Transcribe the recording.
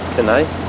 Tonight